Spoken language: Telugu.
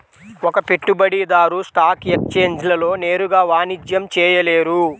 ఒక పెట్టుబడిదారు స్టాక్ ఎక్స్ఛేంజ్లలో నేరుగా వాణిజ్యం చేయలేరు